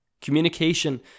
Communication